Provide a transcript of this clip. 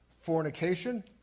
Fornication